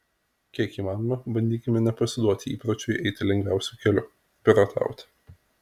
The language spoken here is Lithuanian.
kiek įmanoma bandykime nepasiduoti įpročiui eiti lengviausiu keliu piratauti